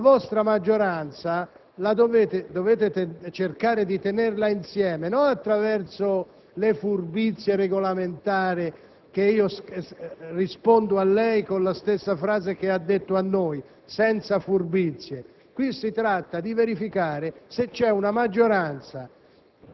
La vostra maggioranza dovete cercare di tenerla insieme non attraverso le furbizie regolamentari (rispondo a lei con la stessa frase che lei ha rivolto a noi: senza furbizie), ma verificando se c'è una maggioranza